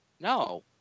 No